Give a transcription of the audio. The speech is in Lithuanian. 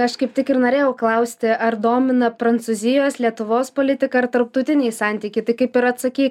aš kaip tik ir norėjau klausti ar domina prancūzijos lietuvos politika ar tarptautiniai santykiai tai kaip ir atsakei